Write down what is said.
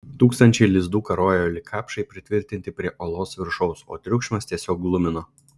tūkstančiai lizdų karojo lyg kapšai pritvirtinti prie olos viršaus o triukšmas tiesiog glumino